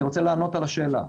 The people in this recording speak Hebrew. אני רוצה לענות על השאלה.